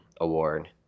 award